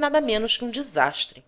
nada menos que um desastre